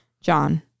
John